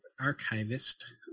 archivist